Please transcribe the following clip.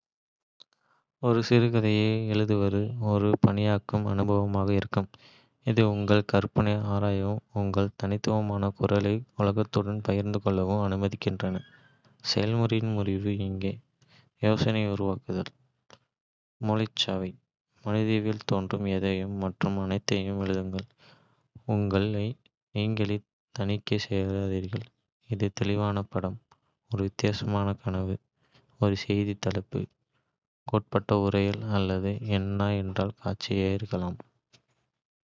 ஒரு சிறுகதையை எழுதுவது ஒரு பலனளிக்கும் அனுபவமாக இருக்கும், இது உங்கள் கற்பனையை ஆராயவும், உங்கள் தனித்துவமான குரலை உலகத்துடன் பகிர்ந்து கொள்ளவும் அனுமதிக்கிறது. செயல்முறையின் முறிவு இங்கே:யோசனைகளை உருவாக்குதல். மூளைச்சலவை மனதில் தோன்றும் எதையும் மற்றும் அனைத்தையும் எழுதுங்கள். உங்களை நீங்களே தணிக்கை. செய்யாதீர்கள் இது ஒரு தெளிவான படம், ஒரு விசித்திரமான கனவு, ஒரு செய்தி தலைப்பு, கேட்கப்பட்ட உரையாடல் அல்லது என்ன என்றால் காட்சியாக இருக்கலாம்.